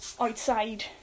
outside